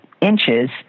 inches